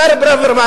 השר ברוורמן,